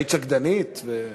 היית שקדנית.